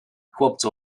chłopcy